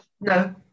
No